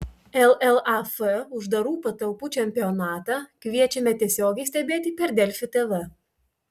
llaf uždarų patalpų čempionatą kviečiame tiesiogiai stebėti per delfi tv